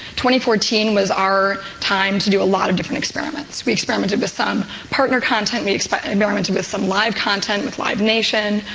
fourteen was our time to do a lot of different experiments. we experimented with some partner content, we experimented with some live content with live nation.